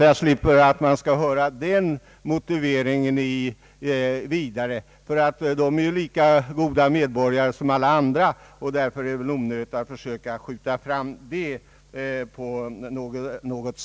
Jag hoppas att jag slipper höra den motiveringen vidare, ty de som bor i denna region är lika goda medborgare som alla andra.